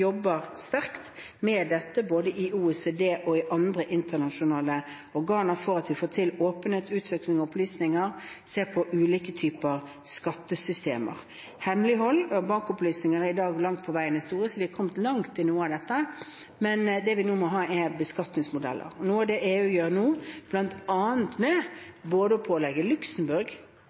jobber sterkt med dette, både i OECD og i andre internasjonale organer, for å få til åpenhet, utveksling av opplysninger og se på ulike typer skattesystemer. Hemmelighold av bankopplysninger er i dag langt på vei historie, så vi er kommet langt i noe av dette, men det vi nå må ha, er beskatningsmodeller. Og noe av det EU gjør nå bl.a. ved å pålegge